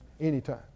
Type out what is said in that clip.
anytime